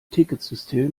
ticketsystem